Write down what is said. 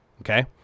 okay